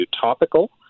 topical